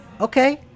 okay